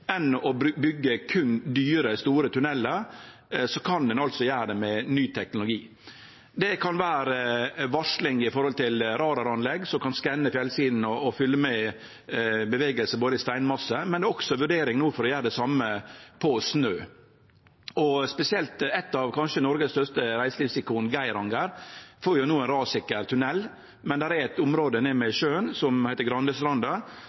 dyre, store tunnelar. Ein kan altså gjere det med ny teknologi. Det kan vere varsling i form av radaranlegg som kan skanne fjellsidene og følgje med på bevegelse i steinmasse, men ein vurderer no også å gjere det same for snø. Eitt av Noregs kanskje største reiselivsikon, Geiranger, får no ein rassikker tunnel, men det er eit område nede ved sjøen som heiter